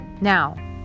Now